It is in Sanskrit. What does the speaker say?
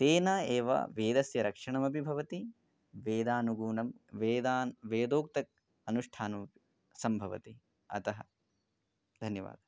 तेन एव वेदस्य रक्षणमपि भवति वेदानुगुणं वेदान् वेदोक्तः अनुष्ठानः सम्भवति अतः धन्यवादः